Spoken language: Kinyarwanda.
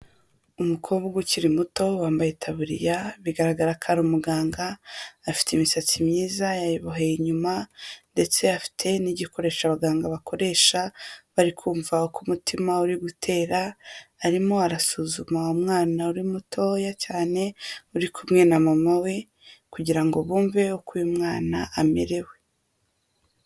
Umukobwa ukiri muto, wambaye itaburiya, bigaragara ko ari umuganga, afite imisatsi myiza yaboheye inyuma ndetse afite n'igikoresho abaganga bakoresha, bari kumva uko umutima uri gutera, arimo arasuzuma umwana uri mutoya cyane, uri kumwe na mama we kugira ngo bumve uko uyu mwana amerewe.